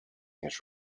his